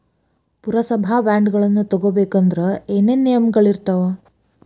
ಪುರಸಭಾ ಬಾಂಡ್ಗಳನ್ನ ತಗೊಬೇಕಂದ್ರ ಏನೇನ ನಿಯಮಗಳಿರ್ತಾವ?